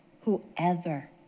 Whoever